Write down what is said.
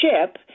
ship